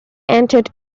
entered